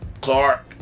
Clark